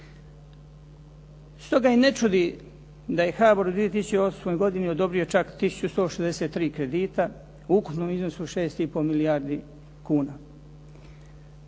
Stoga i ne čudi da je HABOR u 2008. godini odobrio čak 1163 kredita u ukupnom iznosu od 6,5 milijardi kuna.